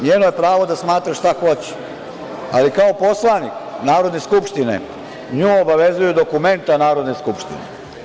NJeno je pravo da smatra šta hoće, ali kao poslanik Narodne skupštine nju obavezuju dokumenta Narodne skupštine.